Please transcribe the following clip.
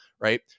right